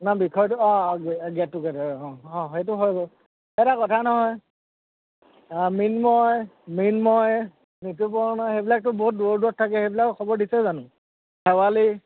আপোনাৰ বিষয়টো অঁ গেট টুগেডাৰ অঁ অঁ সেইটো হয় এটা কথা নহয় মৃন্ময় মৃন্ময় ঋতুপৰ্ণা সেইবিলাকতো বহুত দূৰ দূৰত থাকে সেইবিলাক খবৰ দিছে জানো শেৱালী